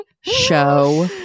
show